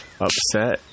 Upset